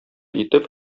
итеп